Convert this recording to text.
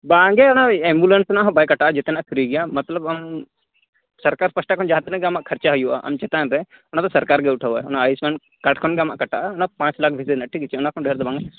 ᱵᱟᱝᱜᱮ ᱚᱱᱟ ᱮᱢᱵᱩᱞᱮᱱᱥ ᱨᱮᱱᱟᱜ ᱦᱚᱸ ᱵᱟᱭ ᱠᱟᱴᱟᱣᱟ ᱡᱚᱛᱚᱱᱟᱜ ᱯᱷᱨᱤᱜᱮᱭᱟ ᱢᱚᱛᱞᱚᱵ ᱟᱢ ᱥᱟᱨᱠᱟᱨ ᱯᱟᱦᱟᱴᱟ ᱠᱷᱚᱱ ᱡᱟᱦᱟᱸ ᱛᱤᱱᱟᱹᱜ ᱜᱮ ᱟᱢᱟᱜ ᱠᱷᱚᱨᱪᱟ ᱦᱩᱭᱩᱜᱼᱟ ᱟᱢ ᱪᱮᱛᱟᱱ ᱨᱮ ᱚᱱᱟᱫᱚ ᱥᱚᱨᱠᱟᱨᱜᱮᱭ ᱩᱴᱷᱟᱹᱣᱟ ᱚᱱᱟ ᱟᱭᱩᱥᱢᱟᱱ ᱠᱟᱨᱰ ᱠᱷᱚᱱᱜᱮ ᱟᱢᱟᱜ ᱠᱟᱴᱟᱜᱼᱟ ᱚᱱᱟ ᱯᱟᱸᱪᱞᱟᱠᱷ ᱵᱷᱤᱛᱤᱨ ᱨᱮᱱᱟᱜ ᱴᱷᱤᱠ ᱟᱪᱷᱮ ᱚᱱᱟ ᱠᱷᱚᱱ ᱰᱷᱮᱨᱫᱚ ᱵᱟᱝᱟ